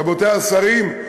רבותי השרים,